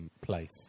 place